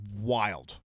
wild